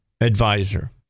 Advisor